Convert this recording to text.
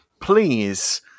please